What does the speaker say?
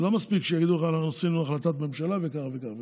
לא מספיק שיגידו לך: אנחנו עשינו החלטת ממשלה וכך וכך וכך.